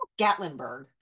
Gatlinburg